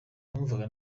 numvaga